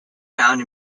found